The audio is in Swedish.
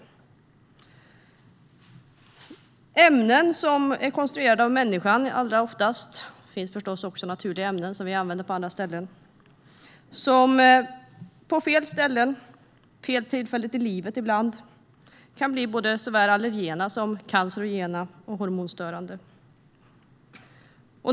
Det är ämnen som oftast är konstruerade av människan. Det finns förstås också naturliga ämnen som vi använder på andra ställen. På fel ställen eller vid fel tillfälle i livet kan dessa ämnen bli såväl allergena som cancerogena och hormonstörande.